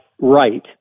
right